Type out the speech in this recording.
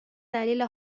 دلیل